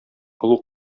олуг